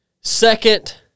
Second